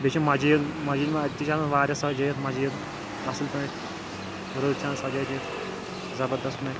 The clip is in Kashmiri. بیٚیہِ چھِ مسجد مسجد منٛز اَتہِ چھِ آسان واریاہ سجٲیِتھ مسجد اصٕل پٲٹھۍ رٕژ چھِ آسان سَجٲیِتھ یہِ زبردست پٲٹھی